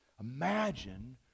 Imagine